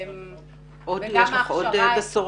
יש לך עוד בשורות?